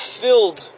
filled